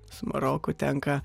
su maroku tenka